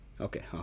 Okay